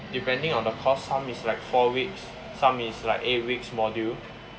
depending on the course some is like four weeks some is like eight weeks module